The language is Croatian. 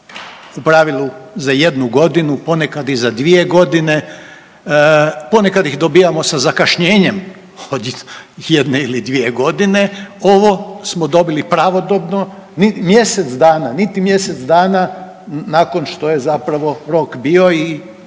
u pravilu za jednu godinu, ponekad i za dvije godine, ponekad ih dobijamo sa zakašnjenjem od jedne ili dvije godine, ovo smo dobili pravodobno, ni mjesec dana, niti mjesec dana nakon što je zapravo rok bio i